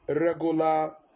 regular